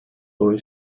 boy